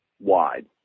wide